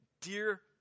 dear